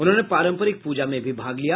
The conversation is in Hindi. उन्होंने पारंपरिक प्रजा में भी भाग लिया